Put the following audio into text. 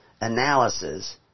analysis